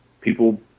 people